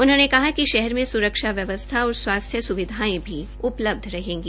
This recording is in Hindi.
उन्होंने कहा कि शहर में स्रक्षा व्यवस्था और स्वास्थ्य सुविधायें भी उपलबध रहेगी